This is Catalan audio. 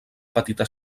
petita